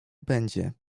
będzie